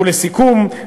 ולסיכום,